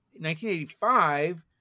1985